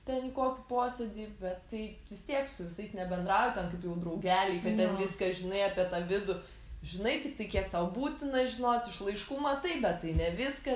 ten į kokį posėdį bet tai vis tiek su visais nebendrauji ten kitų jau draugeliai kad ten viską žinai apie tą vidų žinai tiktai kiek tau būtina žinoti iš laiškų matai bet tai ne viską